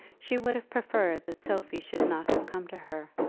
she would have preferred that sophie should not have come to her,